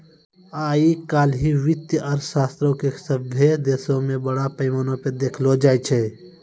आइ काल्हि वित्तीय अर्थशास्त्रो के सभ्भे देशो मे बड़ा पैमाना पे देखलो जाय छै